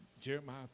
Jeremiah